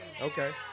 Okay